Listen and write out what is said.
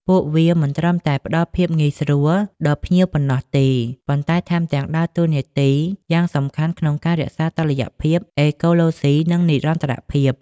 ពួកវាមិនត្រឹមតែផ្តល់ភាពងាយស្រួលដល់ភ្ញៀវប៉ុណ្ណោះទេ ប៉ុន្តែថែមទាំងដើរតួនាទីយ៉ាងសំខាន់ក្នុងការរក្សាតុល្យភាពអេកូឡូស៊ី និងនិរន្តរភាព។